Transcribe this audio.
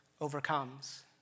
overcomes